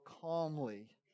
calmly